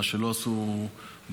מה שלא עשו בעבר.